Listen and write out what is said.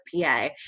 PA